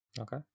Okay